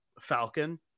Falcon